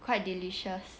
quite delicious